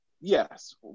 Yes